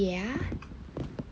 ya